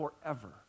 forever